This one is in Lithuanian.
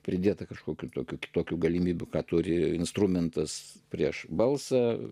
pridėta kažkokių tokių tokių galimybių kad turi instrumentus prieš balsą